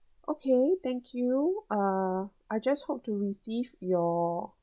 okay thank you uh I just hope to receive your